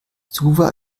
suva